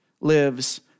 lives